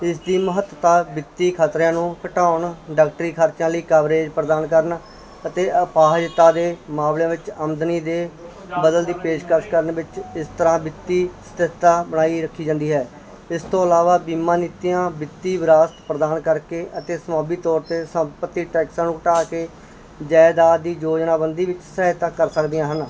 ਇਸ ਦੀ ਮਹੱਤਤਾ ਵਿੱਤੀ ਖ਼ਤਰਿਆਂ ਨੂੰ ਘਟਾਉਣ ਡਾਕਟਰੀ ਖਰਚਿਆਂ ਲਈ ਕਵਰੇਜ ਪ੍ਰਦਾਨ ਕਰਨ ਅਤੇ ਅਪਾਹਜਤਾ ਦੇ ਮਾਮਲਿਆਂ ਵਿੱਚ ਆਮਦਨੀ ਦੇ ਬਦਲ ਦੀ ਪੇਸ਼ਕਸ ਕਰਨ ਵਿੱਚ ਇਸ ਤਰ੍ਹਾਂ ਵਿੱਤੀ ਸਥਿਰਤਾ ਬਣਾਈ ਰੱਖੀ ਜਾਂਦੀ ਹੈ ਇਸ ਤੋਂ ਇਲਾਵਾ ਬੀਮਾ ਨੀਤੀਆਂ ਵਿੱਤੀ ਵਿਰਾਸਤ ਪ੍ਰਦਾਨ ਕਰਕੇ ਅਤੇ ਸੰਭਾਵੀ ਤੌਰ 'ਤੇ ਸੰਪਤੀ ਟੈਕਸਾਂ ਨੂੰ ਘਟਾ ਕੇ ਜਾਇਦਾਦ ਦੀ ਯੋਜਨਾਬੰਦੀ ਵਿੱਚ ਸਹਾਇਤਾ ਕਰ ਸਕਦੀਆਂ ਹਨ